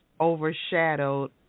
overshadowed